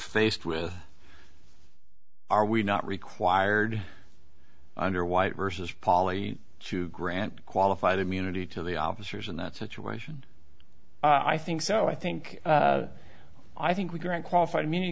faced with are we not required under white versus poly to grant qualified immunity to the officers in that situation i think so i think i think we grant qualified immunity